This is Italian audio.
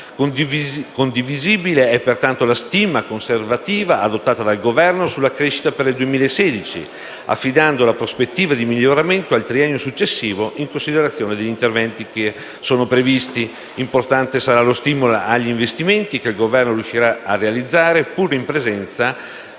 Condivisibile è pertanto la stima conservativa adottata dal Governo sulla crescita per il 2016, affidando la prospettiva di miglioramento al triennio successivo in considerazione degli interventi previsti. Importante sarà lo stimolo agli investimenti che il Governo riuscirà a realizzare pur in presenza